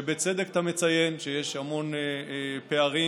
שבצדק אתה מציין שיש המון פערים,